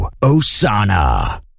Osana